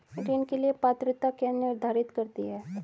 ऋण के लिए पात्रता क्या निर्धारित करती है?